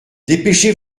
dépêchez